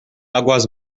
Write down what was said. águas